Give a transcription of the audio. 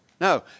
No